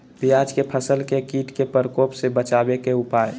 प्याज के फसल के कीट के प्रकोप से बचावे के उपाय?